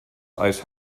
ice